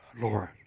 Lord